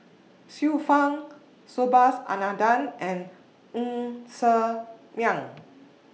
Xiu Fang Subhas Anandan and Ng Ser Miang